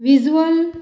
visual